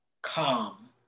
calm